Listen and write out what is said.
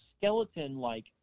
skeleton-like